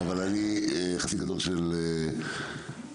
ואני טוען שחברי כנסת כאלה הם אנשים שמגיעים מהפרקטיקה הביצועית.